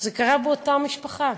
זה קרה באותה משפחה.